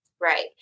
Right